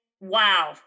wow